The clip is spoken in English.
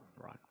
right